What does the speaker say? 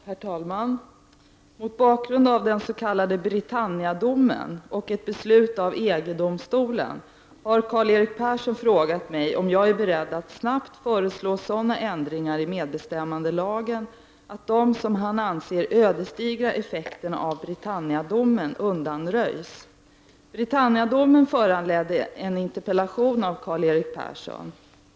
Herr talman! Mot bakgrund av den s.k.Britannia-domen och ett beslut av EG-domstolen har Karl-Erik Persson frågat mig om jag är beredd att snabbt föreslå sådana ändringar i medbestämmandelagen att de, som han anser, ödesdigra effekterna av Britannia-domen undanröjs. Britannia-domen föranledde en interpellation av Karl-Erik Persson.